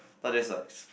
but that's like